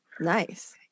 Nice